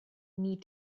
need